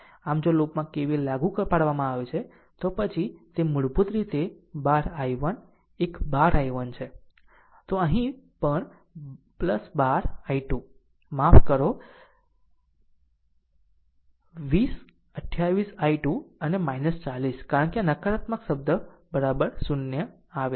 આમ જો આ લૂપ માં KVL લાગુ પાડવામાં આવે છે તો પછી તે મૂળભૂત રીતે 12 I1 આ એક 12 I1 છે તો અહીં પણ 12 I2 માફ કરો 20 28 I2 અને 40 કારણ કે નકારાત્મક શબ્દ 0 આવે છે